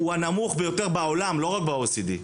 הוא הנמוך ביותר בעולם, לא רק ב-OECD.